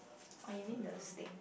oh you mean the steak